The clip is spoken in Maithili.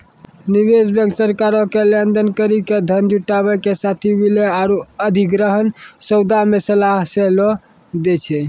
निवेश बैंक सरकारो के लेन देन करि के धन जुटाबै के साथे विलय आरु अधिग्रहण सौदा मे सलाह सेहो दै छै